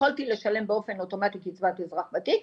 יכולתי לשלם באופן אוטומטי קצבת אזרח ותיק,